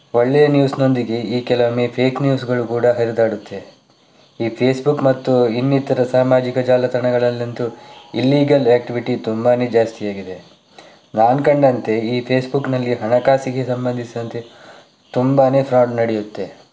ಒಳ್ಳೆಯ ನ್ಯೂಸ್ನೊಂದಿಗೆ ಈ ಕೆಲವೊಮ್ಮೆ ಫೇಕ್ ನ್ಯೂಸ್ಗಳು ಕೂಡ ಹರಿದಾಡುತ್ತೆ ಈ ಫೇಸ್ಬುಕ್ ಮತ್ತು ಇನ್ನಿತರ ಸಾಮಾಜಿಕ ಜಾಲತಾಣಗಳಲ್ಲಂತೂ ಇಲ್ಲೀಗಲ್ ಆ್ಯಕ್ಟಿವಿಟಿ ತುಂಬಾನೇ ಜಾಸ್ತಿ ಆಗಿದೆ ನಾನು ಕಂಡಂತೆ ಈ ಫೇಸ್ಬುಕ್ನಲ್ಲಿ ಹಣಕಾಸಿಗೆ ಸಂಬಂಧಿಸಿದಂತೆ ತುಂಬಾನೇ ಫ್ರಾಡ್ ನಡೆಯುತ್ತೆ